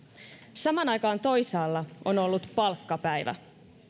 samaan aikaan toisaalla on ollut palkkapäivä